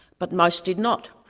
but most did not.